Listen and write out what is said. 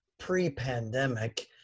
pre-pandemic